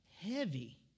heavy